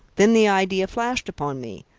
then the idea flashed upon me.